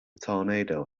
tornado